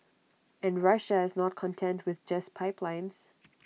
and Russia is not content with just pipelines